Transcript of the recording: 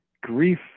grief